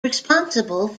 responsible